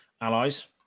Allies